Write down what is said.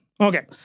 Okay